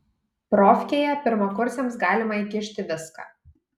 profkėje pirmakursiams galima įkišti viską